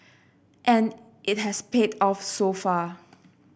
and it has paid off so far